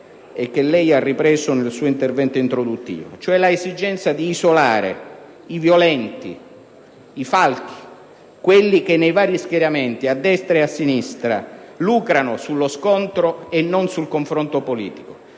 e che lei ha ripreso nel suo intervento introduttivo. Cioè l'esigenza di isolare i violenti, i falchi, quelli che nei vari schieramenti, a destra e a sinistra, lucrano sullo scontro e non sul confronto politico,